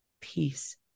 peace